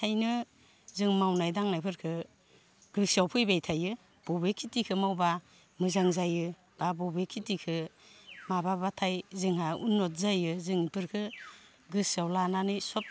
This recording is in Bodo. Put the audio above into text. ओंखायनो जों मावनाय दांनायफोरखो गोसोआव फैबाय थायो बबे खेथिखो मावब्ला मोजां जायो एबा बबे खेथिखो माबाब्लाथाय जोंहा उननथ जायो जों इफोरखो गोसोआव लानानै सब